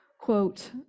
quote